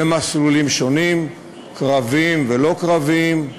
במסלולים שונים, קרביים ולא קרביים: